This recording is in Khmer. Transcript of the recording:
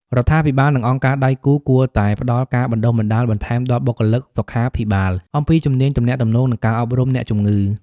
រដ្ឋាភិបាលនិងអង្គការដៃគូគួរតែផ្តល់ការបណ្តុះបណ្តាលបន្ថែមដល់បុគ្គលិកសុខាភិបាលអំពីជំនាញទំនាក់ទំនង និងការអប់រំអ្នកជំងឺ។